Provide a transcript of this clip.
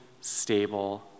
stable